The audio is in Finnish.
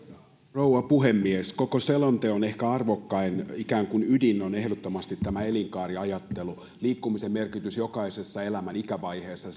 rouva puhemies koko selonteon ehkä arvokkain ikään kuin ydin on ehdottomasti tämä elinkaariajattelu liikkumisen merkitys jokaisessa elämän ikävaiheessa